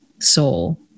soul